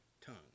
tongue